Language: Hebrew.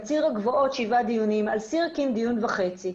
על סירקין דיון וחצי.